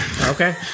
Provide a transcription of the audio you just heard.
Okay